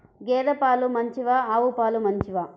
గేద పాలు మంచివా ఆవు పాలు మంచివా?